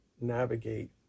navigate